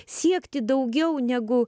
siekti daugiau negu